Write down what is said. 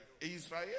Israel